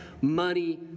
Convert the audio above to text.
money